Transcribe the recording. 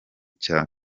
cya